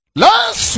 last